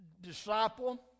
Disciple